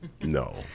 No